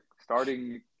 Starting